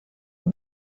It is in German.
den